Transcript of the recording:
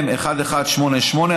התשע"ח 2018,